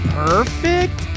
perfect